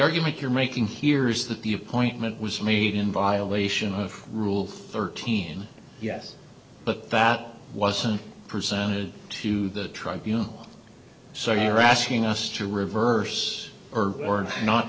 argument you're making here is that the appointment was made in violation of rule thirteen yes but that wasn't presented to the tribe you know so you're asking us to reverse or